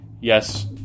yes